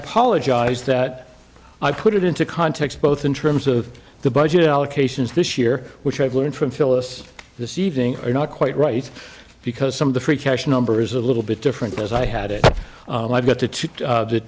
apologize that i put it into context both in terms of the budget allocations this year which i've learned from phyllis this evening are not quite right because some of the free cash number is a little bit different as i had it i got t